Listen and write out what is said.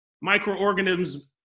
microorganisms